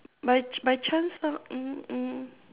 by ch~ by chance ah mm mm